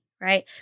right